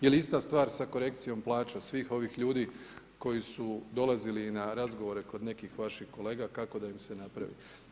Jel' ista stvar sa korekcijom plaća svih ovih ljudi koji su dolazili i na razgovore kod nekih vaših kolega, kako da im se napravi.